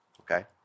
Okay